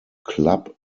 club